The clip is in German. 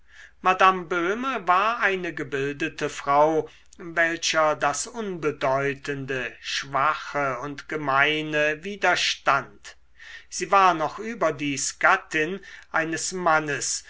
madame böhme war eine gebildete frau welcher das unbedeutende schwache und gemeine widerstand sie war noch überdies gattin eines mannes